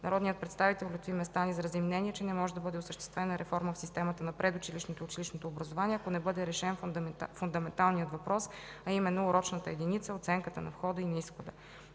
Народният представител Лютви Местан изрази мнение, че не може да бъде осъществена реформа в системата на предучилищното и училищното образование, ако не бъде решен фундаменталният въпрос, а именно урочната единица, оценката на входа и на изхода.